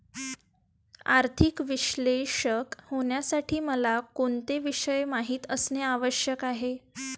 आर्थिक विश्लेषक होण्यासाठी मला कोणते विषय माहित असणे आवश्यक आहे?